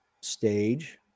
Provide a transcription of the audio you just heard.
Stage